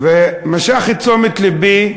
ומשך את תשומת לבי,